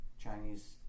Chinese